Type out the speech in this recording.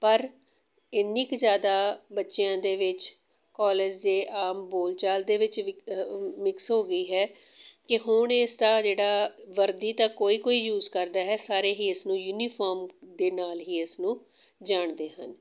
ਪਰ ਇੰਨੀ ਕੁ ਜ਼ਿਆਦਾ ਬੱਚਿਆਂ ਦੇ ਵਿੱਚ ਕੋਲਜ ਦੇ ਆਮ ਬੋਲ ਚਾਲ ਦੇ ਵਿੱਚ ਵਿ ਮਿਕਸ ਹੋ ਗਈ ਹੈ ਕਿ ਹੁਣ ਇਸਦਾ ਜਿਹੜਾ ਵਰਦੀ ਦਾ ਕੋਈ ਕੋਈ ਯੂਜ ਕਰਦਾ ਹੈ ਸਾਰੇ ਹੀ ਇਸ ਨੂੰ ਯੂਨੀਫੋਮ ਦੇ ਨਾਲ ਹੀ ਇਸਨੂੰ ਜਾਣਦੇ ਹਨ